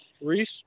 Reese